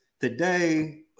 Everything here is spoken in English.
today